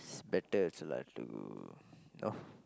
it's better also lah to you know